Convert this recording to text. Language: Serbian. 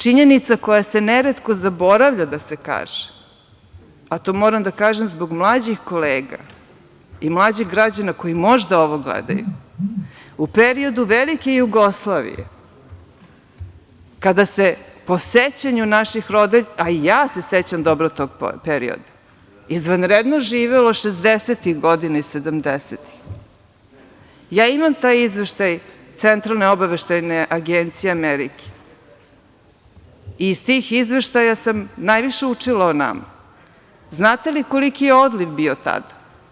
Činjenica koja se neretko zaboravlja da se kaže, a to moram da kažem zbog mlađih kolega i mlađih građana koji možda ovo gledaju, u periodu velike Jugoslavije kada se po sećanju naših roditelja, a i ja se sećam dobro tog perioda, izvanredno živelo 60-ih godina i 70-ih godina, ja imam taj izveštaj Centralne obaveštajne agencije Amerike i iz tih izveštaja sam najviše učila o nama, znate li koliki je odliv bio tad?